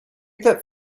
that